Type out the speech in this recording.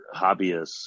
hobbyists